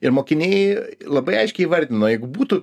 ir mokiniai labai aiškiai įvardino jeigu būtų